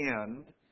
end